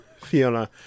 fiona